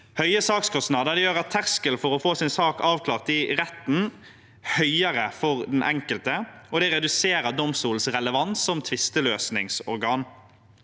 Høye sakskostnader gjør terskelen for å få sin sak avklart i retten høyere for den enkelte, og det reduserer domstolens relevans som tvisteløsningsorgan.